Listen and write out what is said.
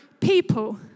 People